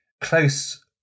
close